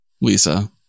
Lisa